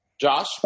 Josh